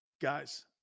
guys